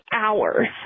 hours